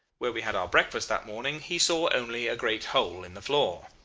where we had our breakfast that morning he saw only a great hole in the floor.